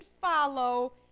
follow